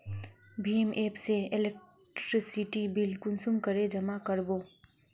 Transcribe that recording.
भीम app से electricity bill कुंसम करे जमा कर बो?